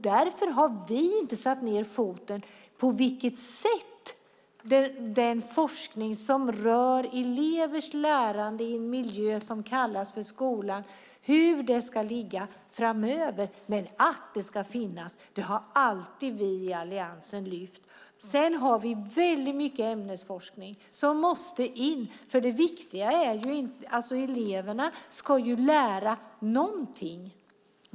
Därför har vi inte satt ned foten och talat om hur den forskning som rör elevers lärande i en miljö som kallas skola ska ligga framöver, men att den ska finnas har vi i Alliansen alltid lyft fram. Sedan har vi mycket ämnesforskning som måste in. Eleverna ska ju lära sig någonting.